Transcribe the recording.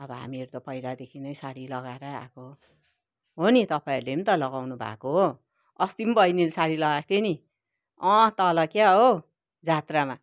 अब हामीहरू त पहिलादेखि नै सारी लगाएरै आएको हो हो नि तपाईँहरूले पनि त लगाउनु भएको हो अस्ति पनि बहिनीले सारी लगाएको थियो नि अँ तल क्या हो जात्रामा